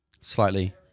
Slightly